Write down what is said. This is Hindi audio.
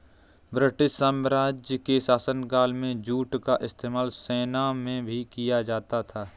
ब्रिटिश साम्राज्य के शासनकाल में जूट का इस्तेमाल सेना में भी किया जाता था